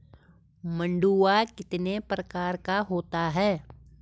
मंडुआ कितने प्रकार का होता है?